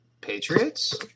Patriots